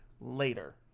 later